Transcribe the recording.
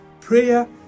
Prayer